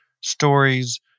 stories